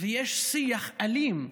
ויש שיח אלים,